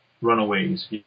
Runaways